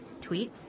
tweets